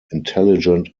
intelligent